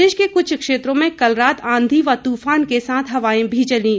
प्रदेश के कुछ क्षेत्रों में कल रात आंधी व तूफान के साथ हवाएं भी चलीं